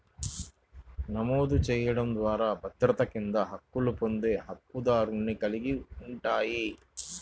నమోదు చేయడం ద్వారా భద్రత కింద హక్కులు పొందే హక్కుదారుని కలిగి ఉంటాయి,